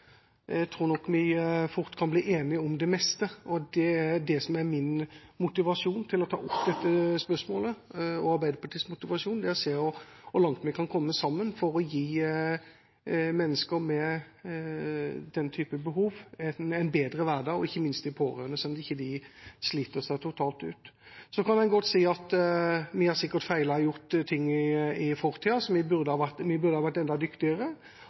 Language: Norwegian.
å ta opp dette spørsmålet. Vi ser hvor langt vi kan nå sammen for å gi mennesker med denne typen behov en bedre hverdag – og ikke minst de pårørende, slik at de ikke sliter seg totalt ut. Så kan en godt si at vi har sikkert feilet i fortida. Vi burde ha vært enda dyktigere, men nå skal vi